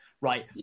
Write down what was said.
right